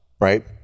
Right